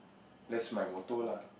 that's my motto lah